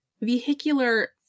vehicular